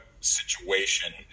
situation